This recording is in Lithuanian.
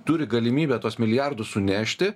turi galimybę tuos milijardus sunešti